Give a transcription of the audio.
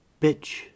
bitch